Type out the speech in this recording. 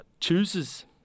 chooses